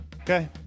Okay